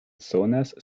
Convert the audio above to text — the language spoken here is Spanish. zonas